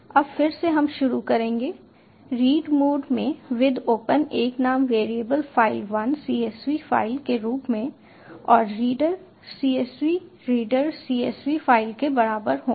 अब फिर से हम शुरू करेंगे रीड मोड में विद ओपन एक नाम वेरिएबल file1 csv फाइल के रूप में और reader csv reader csv file के बराबर होंगे